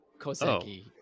koseki